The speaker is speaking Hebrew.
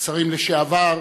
שרים לשעבר,